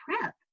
prep